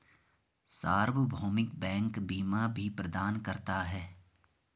सार्वभौमिक बैंक बीमा भी प्रदान करता है